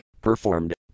performed